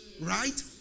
right